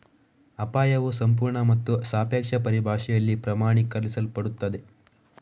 ಅಪಾಯವು ಸಂಪೂರ್ಣ ಮತ್ತು ಸಾಪೇಕ್ಷ ಪರಿಭಾಷೆಯಲ್ಲಿ ಪ್ರಮಾಣೀಕರಿಸಲ್ಪಡುತ್ತದೆ